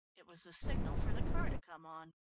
it was the signal for the car to come on.